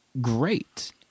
great